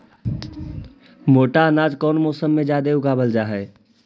मोटा अनाज कौन मौसम में जादे उगावल जा हई?